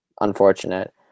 Unfortunate